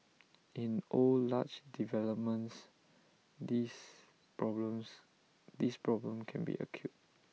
in old large developments this problems this problem can be acute